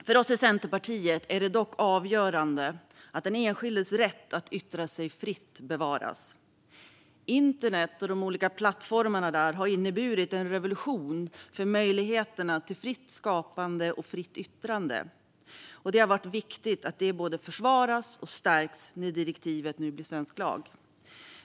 För oss i Centerpartiet är det dock avgörande att den enskildes rätt att yttra sig fritt bevaras. Internet och dess olika plattformar har inneburit en revolution för möjligheterna till fritt skapande och fritt yttrande. Det har varit viktigt att detta både försvaras och stärks nu när direktivet blir svensk lag.